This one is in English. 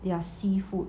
their seafood